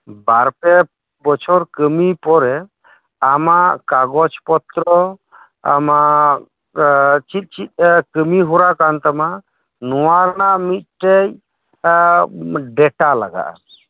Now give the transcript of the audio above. ᱵᱟᱨᱯᱮ ᱵᱚᱪᱷᱚᱨ ᱠᱟᱹᱢᱤ ᱯᱚᱨᱮ ᱟᱢᱟᱜ ᱠᱟᱜᱚᱡ ᱯᱚᱛᱨᱚ ᱟᱢᱟᱜ ᱪᱮᱫ ᱪᱮᱫ ᱠᱟᱹᱢᱤᱦᱚᱨᱟ ᱠᱟᱱᱛᱟᱢᱟ ᱱᱚᱣᱟᱨᱮᱱᱟᱜ ᱢᱤᱫᱴᱮᱡ ᱰᱮᱴᱟ ᱞᱟᱜᱟᱜᱼᱟ